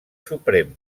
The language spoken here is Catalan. suprem